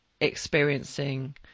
experiencing